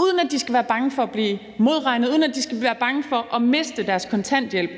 uden at de skal være bange for at blive modregnet, og uden at de skal være bange for at miste deres kontanthjælp.